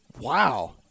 Wow